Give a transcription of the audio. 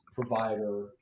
provider